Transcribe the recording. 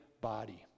body